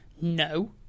no